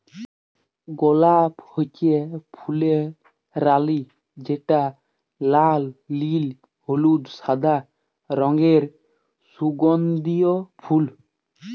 গলাপ হচ্যে ফুলের রালি যেটা লাল, নীল, হলুদ, সাদা রঙের সুগন্ধিও ফুল